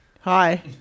Hi